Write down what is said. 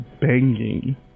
banging